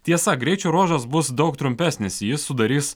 tiesa greičio ruožas bus daug trumpesnis jis sudarys